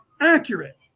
accurate